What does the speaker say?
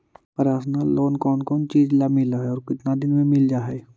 Personal loan कोन कोन चिज ल मिल है और केतना दिन में मिल जा है?